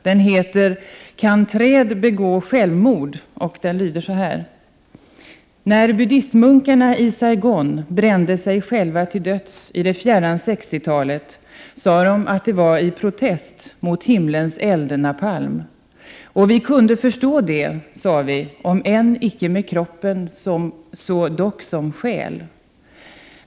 Den heter ”Kan träd begå självmord” och lyder: När buddistmunkarna i Saigon brände sig själva till döds i det fjärran sexti-talet, sa dom att det var i protest Och vi kunde förstå det, sa vi — om än icke med kroppen så dock som skäl.